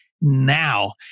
now